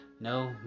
no